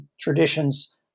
traditions